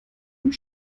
und